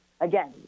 again